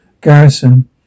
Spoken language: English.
Garrison